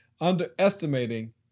Underestimating